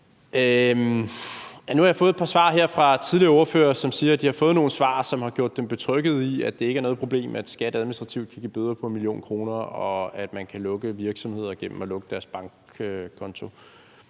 Nu har jeg fået et par svar her fra tidligere ordførere, som siger, at de har fået nogle svar, som har betrygget dem i, at det ikke er noget problem, at skattevæsenet administrativt kan give bøder på 1 mio. kr., og at man kan lukke virksomheder gennem at lukke deres bankkonto.